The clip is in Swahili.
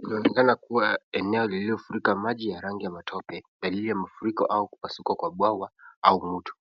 Inaonekana kuwa eneo lililofurika maji ya rangi ya matope yaliye mafuriko au kupasuka kwa bwawa au mto.